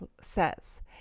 says